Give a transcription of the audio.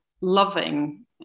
loving